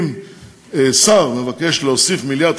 אם שר מבקש להוסיף מיליארד,